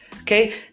Okay